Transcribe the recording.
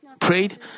prayed